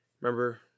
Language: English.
Remember